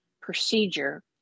procedure